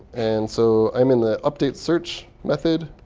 and so i'm in the update search method.